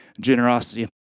generosity